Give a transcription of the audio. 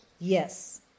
yes